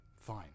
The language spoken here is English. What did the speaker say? fine